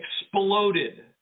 exploded